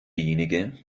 diejenige